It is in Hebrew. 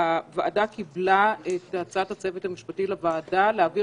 הוועדה קיבלה את הצעת הצוות המשפטי לוועדה להעביר